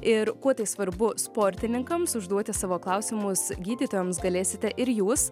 ir kuo tai svarbu sportininkams užduoti savo klausimus gydytojams galėsite ir jūs